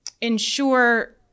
ensure